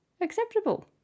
acceptable